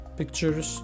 pictures